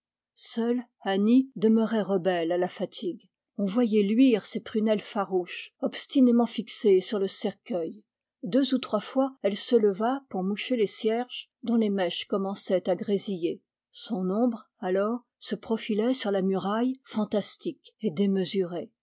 seule annie demeurait rebelle à la fatigue on voyait luire ses prunelles farouches obstinément fixées sur le cercueil deux ou trois fois elle se leva pour moucher les cierges dont les mèches commençaient à grésiller son ombre alors se profilait sur la muraille fantastique et démesurée